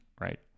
right